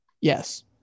yes